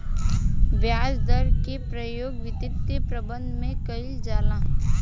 ब्याज दर के प्रयोग वित्तीय प्रबंधन में कईल जाला